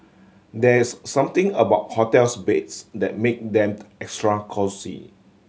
there is something about hotels beds that make them extra cosy